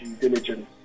diligence